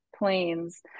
planes